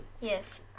Yes